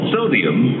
Sodium